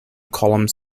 columns